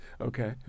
Okay